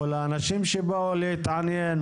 מול האנשים שבאו להתעניין,